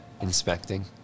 inspecting